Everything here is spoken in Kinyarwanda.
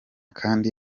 kandi